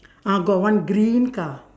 uh got one green car